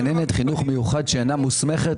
גננת חינוך מיוחד שאינה מוסמכת,